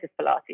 Pilates